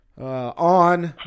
on